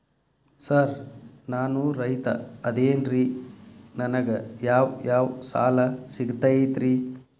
Sir ನಾನು ರೈತ ಅದೆನ್ರಿ ನನಗ ಯಾವ್ ಯಾವ್ ಸಾಲಾ ಸಿಗ್ತೈತ್ರಿ?